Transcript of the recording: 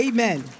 Amen